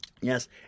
Yes